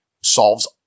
solves